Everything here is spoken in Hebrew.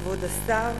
כבוד השר.